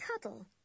Cuddle